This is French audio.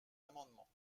amendement